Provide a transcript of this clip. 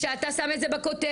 כשאתה שם את זה בכותרת,